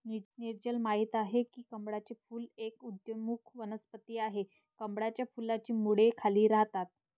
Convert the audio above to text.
नीरजल माहित आहे की कमळाचे फूल एक उदयोन्मुख वनस्पती आहे, कमळाच्या फुलाची मुळे खाली राहतात